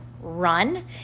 run